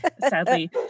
sadly